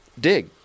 dig